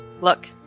look